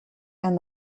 and